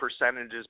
percentages